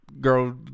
girl